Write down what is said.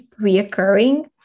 reoccurring